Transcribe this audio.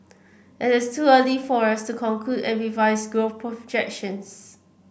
it is too early for us to conclude and revise growth projections